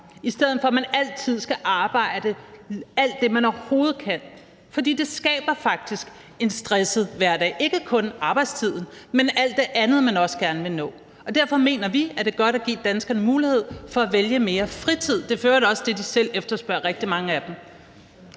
i stedet for at man altid skal arbejde alt det, man overhovedet kan. For det skaber faktisk en stresset hverdag – ikke kun arbejdstiden, men alt det andet, man også gerne vil nå. Derfor mener vi, at det er godt at give danskerne mulighed for at vælge mere fritid. Det er for øvrigt også det, rigtig mange af dem